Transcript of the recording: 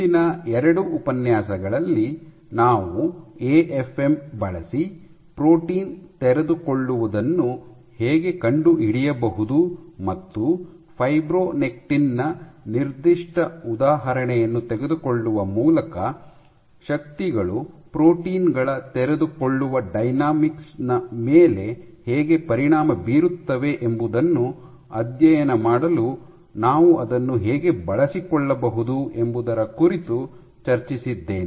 ಹಿಂದಿನ ಎರಡು ಉಪನ್ಯಾಸಗಳಲ್ಲಿ ನಾವು ಎಎಫ್ಎಂ ಬಳಸಿ ಪ್ರೋಟೀನ್ ತೆರೆದುಕೊಳ್ಳುವುದನ್ನು ಹೇಗೆ ಕಂಡುಹಿಡಿಯಬಹುದು ಮತ್ತು ಫೈಬ್ರೊನೆಕ್ಟಿನ್ ನ ನಿರ್ದಿಷ್ಟ ಉದಾಹರಣೆಯನ್ನು ತೆಗೆದುಕೊಳ್ಳುವ ಮೂಲಕ ಶಕ್ತಿಗಳು ಪ್ರೋಟೀನ್ ಗಳ ತೆರೆದುಕೊಳ್ಳುವ ಡೈನಾಮಿಕ್ಸ್ ನ ಮೇಲೆ ಹೇಗೆ ಪರಿಣಾಮ ಬೀರುತ್ತವೆ ಎಂಬುದನ್ನು ಅಧ್ಯಯನ ಮಾಡಲು ನಾವು ಅದನ್ನು ಹೇಗೆ ಬಳಸಿಕೊಳ್ಳಬಹುದು ಎಂಬುದರ ಕುರಿತು ಚರ್ಚಿಸಿದ್ದೇನೆ